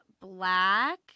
Black